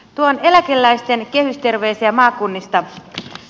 tuon eläkeläisten kehysterveisiä maakunnista